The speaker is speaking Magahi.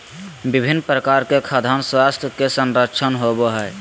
विभिन्न प्रकार के खाद्यान स्वास्थ्य के संरक्षण होबय हइ